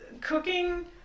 cooking